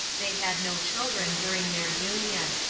they had no children during their union,